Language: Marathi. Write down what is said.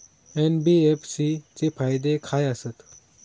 एन.बी.एफ.सी चे फायदे खाय आसत?